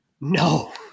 no